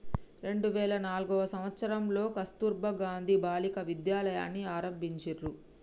రెండు వేల నాల్గవ సంవచ్చరంలో కస్తుర్బా గాంధీ బాలికా విద్యాలయని ఆరంభించిర్రు